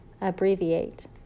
abbreviate